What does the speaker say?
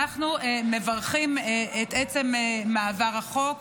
אנחנו מברכים על עצם מעבר החוק,